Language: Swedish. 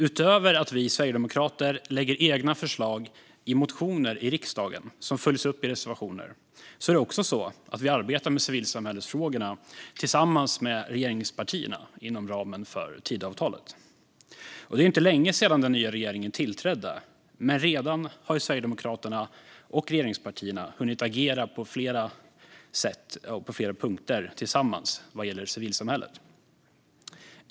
Utöver att vi sverigedemokrater lägger fram egna förslag i motioner i riksdagen, som följs upp i reservationer, arbetar vi också med civilsamhällesfrågorna med regeringspartierna inom ramen för Tidöavtalet. Det är inte länge sedan den nya regeringen tillträdde. Men Sverigedemokraterna och regeringspartierna har redan hunnit agera tillsammans på flera punkter vad gäller civilsamhället.